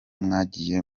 mwagiye